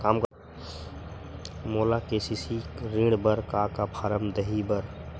मोला के.सी.सी ऋण बर का का फारम दही बर?